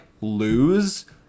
lose